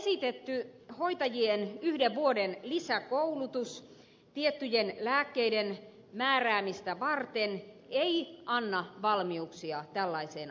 tässä esitetty hoitajien yhden vuoden lisäkoulutus tiettyjen lääkkeiden määräämistä varten ei anna valmiuksia tällaiseen arviointiin